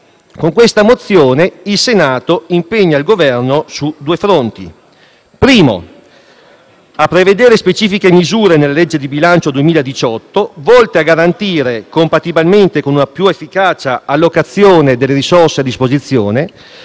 nostro esame il Senato impegna il Governo su due fronti. In primo luogo a prevedere specifiche misure nella legge di bilancio 2018 volte a garantire, compatibilmente con una più efficace allocazione delle risorse a disposizione,